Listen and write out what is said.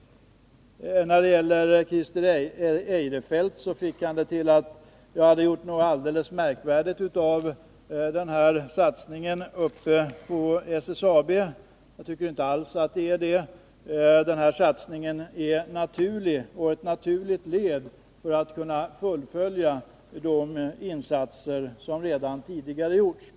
Christer Eirefelt fick det till att jag hade framställt satsningen på SSAB som något alldeles märkvärdigt. Jag tycker inte alls att den är det. Satsningen är ett naturligt led i strävan att fullfölja de insatser som redan tidigare har gjorts.